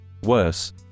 Worse